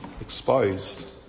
exposed